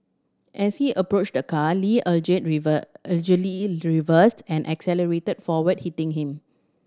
as he approached the car Lee reversed and accelerated forward hitting him